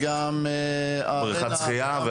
וגם --- בריכת שחייה,